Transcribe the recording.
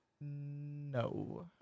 no